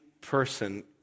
person